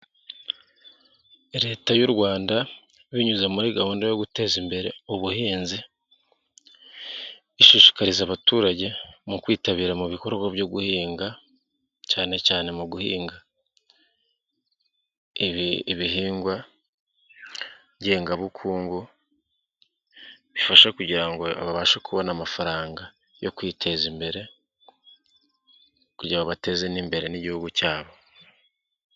Leta y'u Rwanda binyuze muri gahunda yo guteza imbere ubuhinzi. Ishishikariza abaturage mu kwitabira mu bikorwa byo guhinga cyane cyane mu guhinga ibihingwa ngengabukungu. Bifasha kugira ngo babashe kubona amafaranga yo kwiteza imbere kugira ngo bateze n'imbere n'igihugu cyabo.